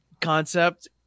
concept